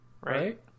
Right